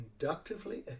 inductively